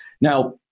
Now